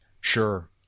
Sure